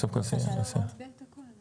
אפשר להצביע על התיקון.